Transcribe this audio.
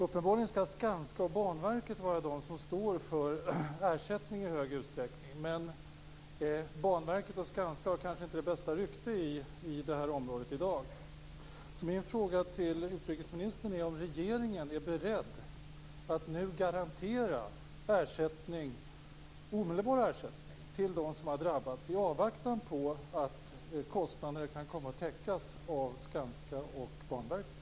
Uppenbarligen skall Skanska och Banverket i hög grad stå för ersättningen, men de har kanske inte det bästa rykte vad gäller sådant i dag. Min fråga till utrikesministern är om regeringen är beredd att garantera omedelbar ersättning till dem som drabbats i väntan på att kostnaderna kan komma att täckas av Skanska och Banverket.